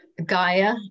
Gaia